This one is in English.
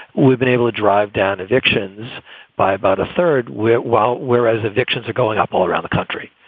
we've been able to drive down evictions by about a third while, whereas evictions are going up all around the country.